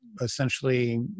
essentially